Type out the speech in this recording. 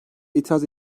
itiraz